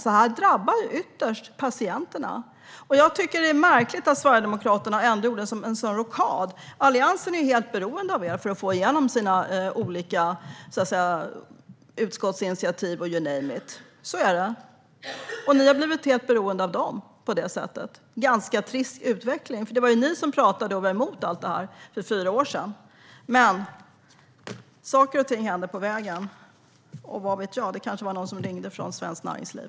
Det här drabbar alltså ytterst patienterna. Jag tycker att det är märkligt att Sverigedemokraterna gjorde en sådan rockad. Alliansen är ju helt beroende av er för att få igenom sina olika utskottsinitiativ och you name it. Så är det - och ni har blivit helt beroende av Alliansen på det sättet. Det är en ganska trist utveckling, för det var ju ni som var emot allt det här för fyra år sedan. Men saker och ting händer på vägen, och vad vet jag; det kanske var någon som ringde från Svenskt Näringsliv.